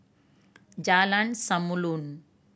Jalan Samulun